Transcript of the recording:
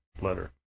letter